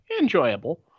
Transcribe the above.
enjoyable